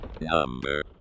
Number